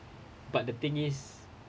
but the thing is